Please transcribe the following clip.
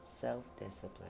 self-discipline